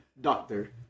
Doctor